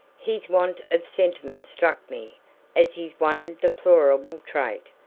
his want of sentiment struck me as his one deplorable trait.